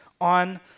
on